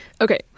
Okay